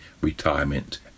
retirement